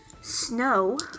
snow